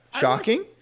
Shocking